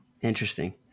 interesting